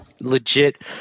legit